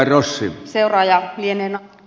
arvoisa herra puhemies